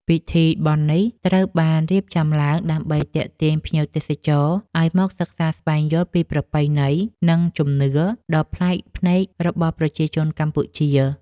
ពិធីបុណ្យនេះត្រូវបានរៀបចំឡើងដើម្បីទាក់ទាញភ្ញៀវទេសចរឱ្យមកសិក្សាស្វែងយល់ពីប្រពៃណី និងជំនឿដ៏ប្លែកភ្នែករបស់ប្រជាជនកម្ពុជា។